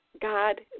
God